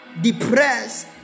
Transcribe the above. depressed